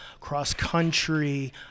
cross-country